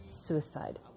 suicide